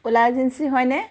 ওলা এজেঞ্চি হয়নে